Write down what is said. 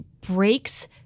breaks